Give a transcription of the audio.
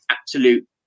absolute